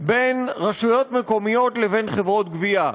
בין רשויות מקומיות לבין חברות גבייה.